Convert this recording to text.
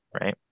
Right